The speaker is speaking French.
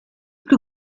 plus